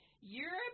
Europe